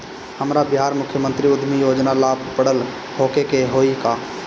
हमरा बिहार मुख्यमंत्री उद्यमी योजना ला पढ़ल होखे के होई का?